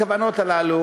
הכוונות הללו